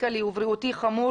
כלכלי ובריאותי חמור